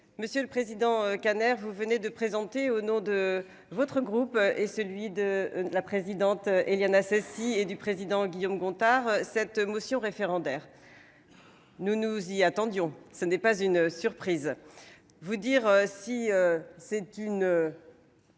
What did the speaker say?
Monsieur le président, Kader, vous venez de présenter au nom de votre groupe et celui de la présidente, Éliane Assassi, et du président Guillaume Gontard, cette motion référendaire. Nous nous y attendions. Ce n'est pas une surprise. Vous dire si c'est une.